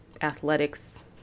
athletics